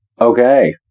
Okay